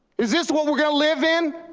is this what we're going to live in?